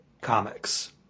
comics